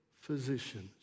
physicians